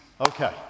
Okay